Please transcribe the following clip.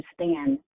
understand